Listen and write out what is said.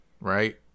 right